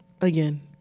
again